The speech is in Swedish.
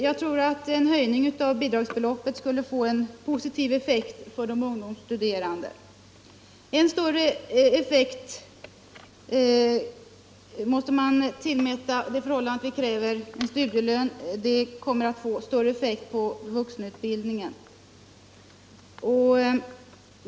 Jag tror att en höjning av bidragsbeloppet skulle få en positiv effekt för de ungdomsstuderande. Än större effekt på vuxenutbildningen måste man tillmäta den studielön som vi föreslår en utredning om.